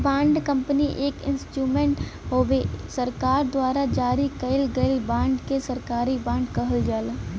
bond company एक instrument हउवे सरकार द्वारा जारी कइल गयल बांड के सरकारी बॉन्ड कहल जाला